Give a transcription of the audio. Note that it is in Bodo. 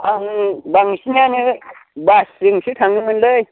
आं बांसिनानो बासजोंसो थाङोमोनलै